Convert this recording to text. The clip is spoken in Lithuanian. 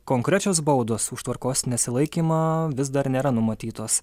konkrečios baudos už tvarkos nesilaikymą vis dar nėra numatytos